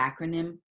acronym